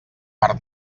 per